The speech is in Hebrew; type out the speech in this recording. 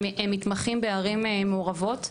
הם מתמחים בערים מעורבות.